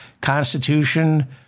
Constitution